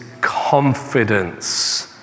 confidence